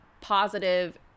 positive